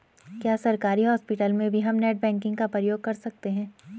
क्या सरकारी हॉस्पिटल में भी हम नेट बैंकिंग का प्रयोग कर सकते हैं?